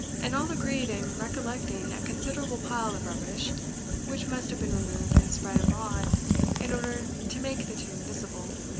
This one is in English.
and all agreed in recollecting a considerable pile of rubbish which must have been removed and spread abroad in order to make the tomb visible.